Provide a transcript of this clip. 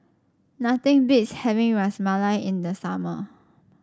nothing beats having Ras Malai in the summer